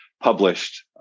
published